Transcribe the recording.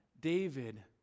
David